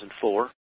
2004